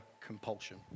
compulsion